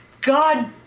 God